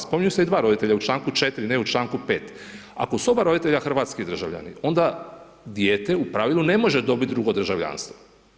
Spominju se i dva roditelja u čl. 4, ne u čl. 5. Ako su oba roditelja hrvatski državljani, onda dijete u pravilu ne može dobiti drugo državljanstvo.